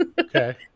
Okay